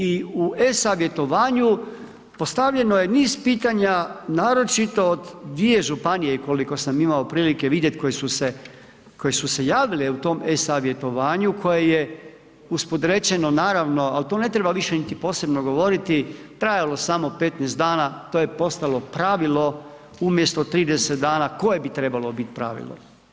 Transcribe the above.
I u e-savjetovanju postavljeno je niz pitanja naročito od dvije županije i koliko sam imao prilike vidjeti koje su se javile u tom e-savjetovanju koje je usput rečeno, naravno ali to ne treba više niti posebno govoriti trajalo samo 15 dana, to je postalo pravilo umjesto 30 dana koje bi trebalo biti pravilo.